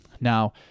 Now